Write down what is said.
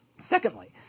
Secondly